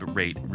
rate